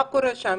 מה קורה שם?